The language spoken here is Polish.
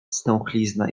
stęchlizna